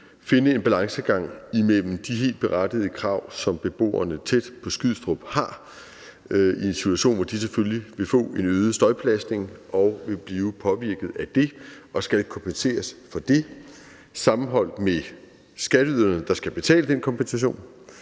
finde en balancegang imellem de helt berettigede krav, som beboerne tæt på Skrydstrup har, i en situation, hvor de selvfølgelig vil få en øget støjbelastning og vil blive påvirket af det og skal kompenseres for det, sammenholdt med skatteyderne, der skal betale den kompensation,